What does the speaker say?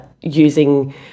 using